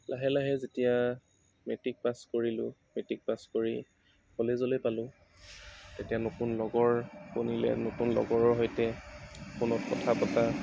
লাহে লাহে যেতিয়া মেট্ৰিক পাছ কৰিলোঁ মেট্ৰিক পাছ কৰি কলেজলৈ পালোঁ তেতিয়া নতুন লগৰ শুনিলে নতুন লগৰ সৈতে ফোনত কথা পতা